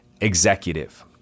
executive